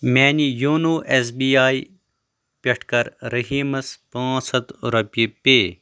میانہِ YONO S B I پٮ۪ٹھٕ کَر رٔحیٖمس پانژھ ہتھ رۄپیہِ پے